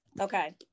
okay